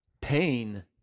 pain